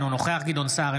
אינו נוכח גדעון סער,